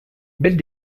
belle